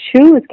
choose